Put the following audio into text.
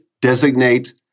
designate